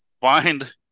Find